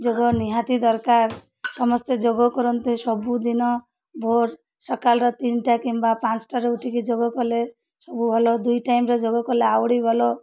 ଯୋଗ ନିହାତି ଦରକାର ସମସ୍ତେ ଯୋଗ କରନ୍ତୁ ସବୁଦିନ ଭୋର ସକାଳର ତିନିଟା କିମ୍ବା ପାଞ୍ଚଟାରୁ ଉଠିକି ଯୋଗ କଲେ ସବୁ ଭଲ ଦୁଇ ଟାଇମ୍ରେ ଯୋଗ କଲେ ଆହୁରୀ ଭଲ